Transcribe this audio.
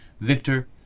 Victor